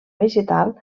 vegetal